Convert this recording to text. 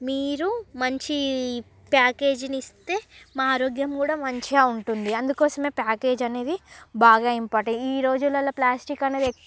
మీరు మంచి ప్యాకేజీని ఇస్తే మా ఆరోగ్యం కూడా మంచిగా ఉంటుంది అందుకోసమే ప్యాకేజీ అనేది బాగా ఇంపార్టెంట్ ఈ రోజులల్ల ప్లాస్టిక్ అనేది ఎక్కు